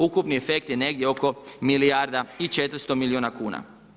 Ukupni efekt je negdje oko milijarda i 400 milijuna kuna.